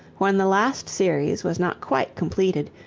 when the last series was not quite completed,